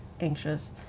anxious